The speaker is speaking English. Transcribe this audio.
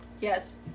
Yes